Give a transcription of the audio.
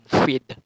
feed